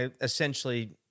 essentially